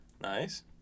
Nice